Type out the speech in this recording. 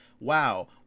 wow